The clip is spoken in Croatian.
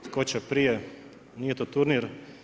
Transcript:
Tko će prije, nije to turnir.